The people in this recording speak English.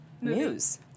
news